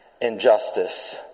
injustice